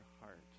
heart